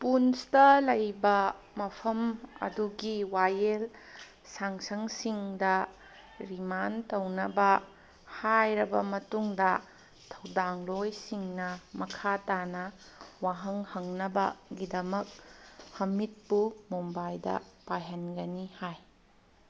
ꯄꯨꯟꯁꯇ ꯂꯩꯕ ꯃꯐꯝ ꯑꯗꯨꯒꯤ ꯋꯥꯌꯦꯜ ꯁꯥꯡꯁꯪꯁꯤꯡꯗ ꯔꯤꯃꯥꯟ ꯇꯧꯅꯕ ꯍꯥꯏꯔꯕ ꯃꯇꯨꯡꯗ ꯊꯧꯗꯥꯡꯂꯣꯏꯁꯤꯡꯅ ꯃꯈꯥ ꯇꯥꯅ ꯋꯥꯍꯪ ꯍꯪꯅꯕꯒꯤꯗꯃꯛ ꯍꯃꯤꯠꯄꯨ ꯃꯨꯝꯕꯥꯏꯗ ꯄꯥꯏꯍꯟꯒꯅꯤ ꯍꯥꯏ